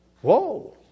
Whoa